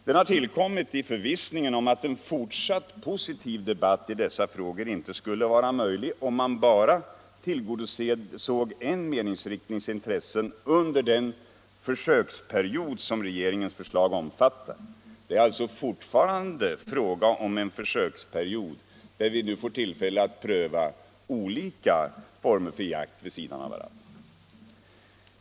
Den har tillkommit i förvissningen om att en fortsatt positiv debatt i dessa frågor inte skulle vara möjlig, om man bara tillgodosåg en meningsriktnings intressen under den försöksperiod som regeringens förslag omfattar. — Det är alltså fortfarande fråga om en försöksperiod, där vi nu får tillfälle att pröva olika former för jakt vid sidan av varandra.